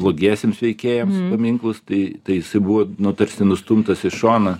blogiesiems veikėjams paminklus tai tai jisai buvo nu tarsi nustumtas į šoną